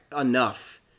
enough